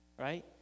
right